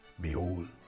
Behold